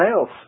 else